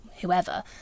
whoever